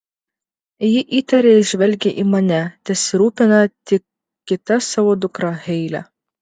ji įtariai žvelgia į mane tesirūpina tik kita savo dukra heile